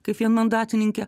kaip vienmandatininkė